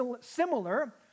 similar